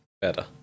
better